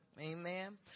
Amen